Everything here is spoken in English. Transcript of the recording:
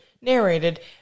Narrated